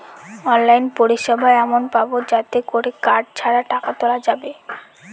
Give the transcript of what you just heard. online পরিষেবা এমন পাবো যাতে করে কার্ড ছাড়া টাকা তোলা যাবে